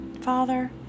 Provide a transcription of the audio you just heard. Father